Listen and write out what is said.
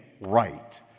right